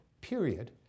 period